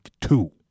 two